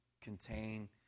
contain